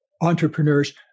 entrepreneurs